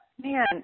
man